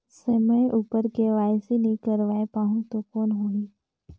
समय उपर के.वाई.सी नइ करवाय पाहुं तो कौन होही?